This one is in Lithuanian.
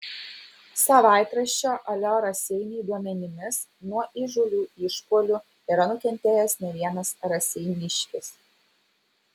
savaitraščio alio raseiniai duomenimis nuo įžūlių išpuolių yra nukentėjęs ne vienas raseiniškis